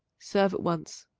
serve at once.